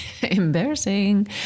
Embarrassing